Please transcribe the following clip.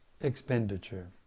expenditure